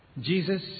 Jesus